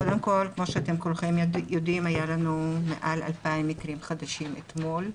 קודם כל כמו שכולכם יודעים היה לנו מעל 2,000 מקרים חדשים אתמול.